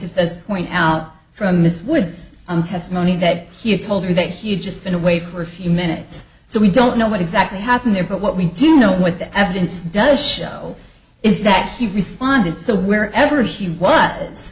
does point out from miss woods testimony that he had told her that he had just been away for a few minutes so we don't know what exactly happened there but what we do know what the evidence does show is that she responded so where ever she was